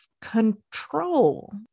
control